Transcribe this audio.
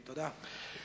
תודה.